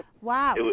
Wow